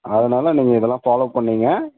அதனால் நீங்கள் இதெல்லாம் ஃபாலோ பண்ணிங்க